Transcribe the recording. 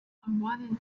wanted